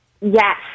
Yes